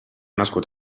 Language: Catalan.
nascut